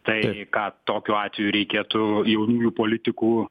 tai ką tokiu atveju reikėtų jaunųjų politikų